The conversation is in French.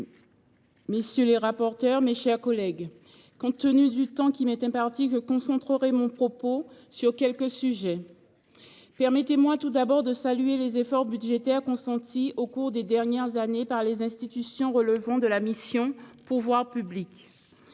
monsieur le ministre, mes chers collègues, compte tenu du temps qui m’est imparti, je concentrerai mon propos sur quelques sujets. Permettez moi tout d’abord de saluer les efforts budgétaires consentis au cours des dernières années par les institutions relevant de la mission « Pouvoirs publics ».